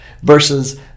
versus